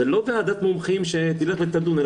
זו לא ועדת מומחים שתלך ותדון,